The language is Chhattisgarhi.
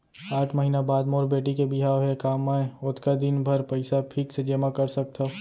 आठ महीना बाद मोर बेटी के बिहाव हे का मैं ओतका दिन भर पइसा फिक्स जेमा कर सकथव?